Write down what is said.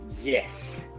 Yes